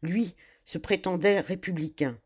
lui se prétendait républicain